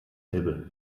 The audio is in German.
elbe